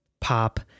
pop